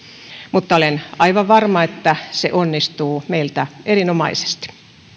mutta olen aivan varma että se onnistuu meiltä erinomaisesti vår